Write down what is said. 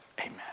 Amen